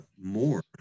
more